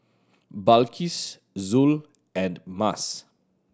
Balqis Zul and Mas